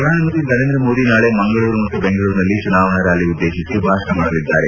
ಪ್ರಧಾನಮಂತ್ರಿ ನರೇಂದ್ರ ಮೋದಿ ನಾಳೆ ಮಂಗಳೂರು ಮತ್ತು ಬೆಂಗಳೂರಿನಲ್ಲಿ ಚುನಾವಣಾ ರ್ಕಾಲಿ ಉದ್ದೇಶಿಸಿ ಭಾಷಣ ಮಾಡಲಿದ್ದಾರೆ